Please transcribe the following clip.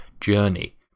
journey